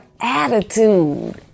attitude